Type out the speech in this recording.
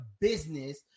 business